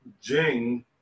jing